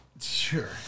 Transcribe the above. Sure